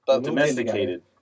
Domesticated